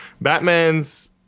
Batman's